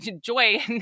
joy